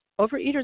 Overeaters